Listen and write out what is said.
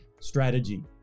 strategy